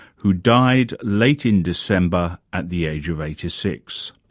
who died late in december at the age of eighty six.